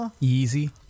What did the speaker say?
easy